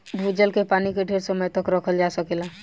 भूजल के पानी के ढेर समय तक रखल जा सकेला